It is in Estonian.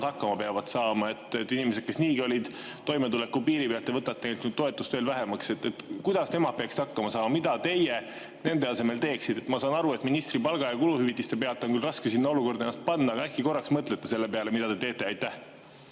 hakkama peavad saama? Inimesed, kes niigi olid toimetuleku piiri peal – te võtate neilt toetust veel vähemaks. Kuidas nemad peaksid hakkama saama? Mida teie nende asemel teeksite? Ma saan aru, et ministri palga ja kuluhüvitiste pealt on küll raske ennast sinna olukorda panna, aga äkki korraks mõtlete selle peale, mida te teete.